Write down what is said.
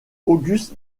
auguste